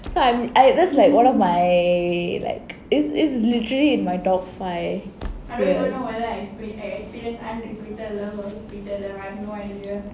so I'm I that's like one of my like it's it's literally in my top five fears